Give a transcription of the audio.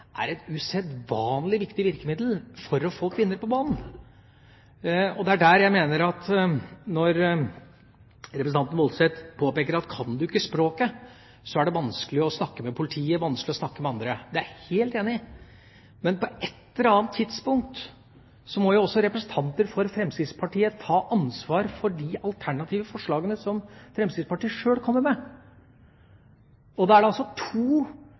er et usedvanlig viktig virkemiddel for å få kvinner på banen. Når representanten Woldseth påpeker at kan du ikke språket, er det vanskelig å snakke med politiet, vanskelig å snakke med andre, er jeg helt enig. Men på et eller annet tidspunkt må jo også representanter for Fremskrittspartiet ta ansvar for de alternative forslagene som Fremskrittspartiet sjøl kommer med. Det er to problemstillinger som er særlig sentrale opp mot disse kvinnene. Det